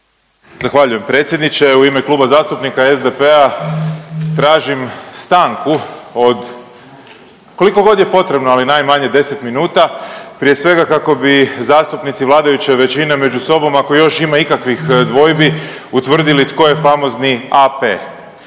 Zahvaljujem predsjedniče. U ime Kluba zastupnika SDP-a tražim stanku od, koliko god je potrebno, ali najmanje 10 minuta, prije svega kako bi zastupnici vladajuće većine među sobom ako još ima ikakvih dvojbi utvrdili tko je famozni AP,